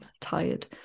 tired